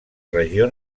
regió